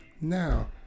Now